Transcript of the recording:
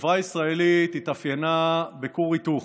החברה הישראלית התאפיינה בכור היתוך.